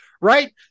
right